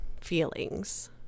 feelings